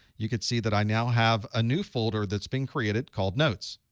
you can see that i now have a new folder that's been created called notes.